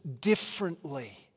differently